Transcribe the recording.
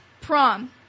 PROM